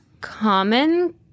common